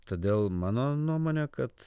todėl mano nuomone kad